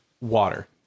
water